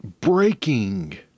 Breaking